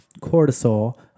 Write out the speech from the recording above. cortisol